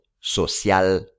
Social